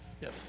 Yes